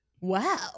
Wow